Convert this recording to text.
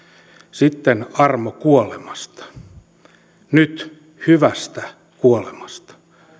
sitten armokuolemasta nyt hyvästä kuolemasta